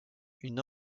une